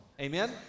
Amen